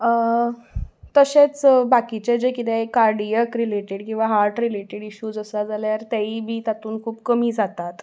तशेंच बाकीचें जे कितेें कार्डियक रिलेटेड किंवां हार्ट रिलेटेड इश्यूज आसा जाल्यार तेय बी तातून खूब कमी जातात